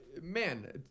man